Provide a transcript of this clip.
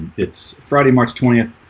it's friday, march twentieth